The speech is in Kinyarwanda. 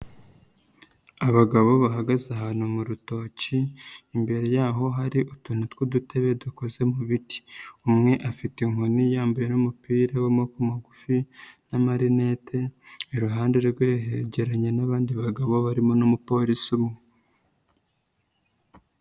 Abagabo bahagaze ahantu mu rutoki, imbere yaho hari utuni tw'udutebe dukoze mu biti, umwe afite inkoni yambaye n'umupira w'amaboko magufi n'amarinete, iruhande rwe yegeranye n'abandi bagabo barimo n'umupolisi umwe.